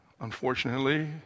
Unfortunately